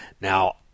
Now